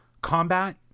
combat